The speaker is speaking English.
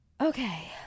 okay